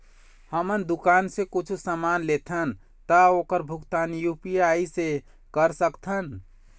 हमन दुकान से कुछू समान लेथन ता ओकर भुगतान यू.पी.आई से कर सकथन?